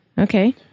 Okay